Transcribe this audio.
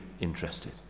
interested